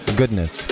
goodness